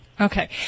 Okay